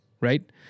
right